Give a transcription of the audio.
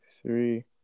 Three